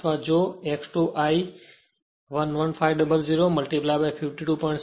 અથવા જો X2 I 11500 52